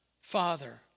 Father